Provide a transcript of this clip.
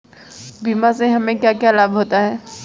बीमा से हमे क्या क्या लाभ होते हैं?